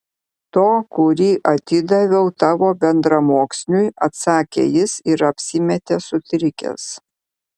to kurį atidaviau tavo bendramoksliui atsakė jis ir apsimetė sutrikęs